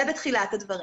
זה בתחילת הדברים.